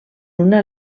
una